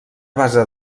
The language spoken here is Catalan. base